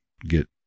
get